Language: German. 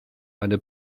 eine